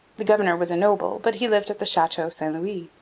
the governor was a noble, but he lived at the chateau st louis.